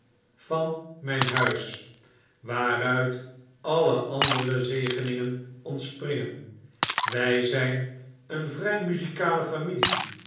van myn huis waaruit alle andere zegeningen ontspringen wy zijn een vry muzikale familie